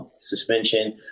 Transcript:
suspension